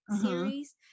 series